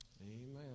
Amen